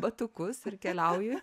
batukus ir keliauji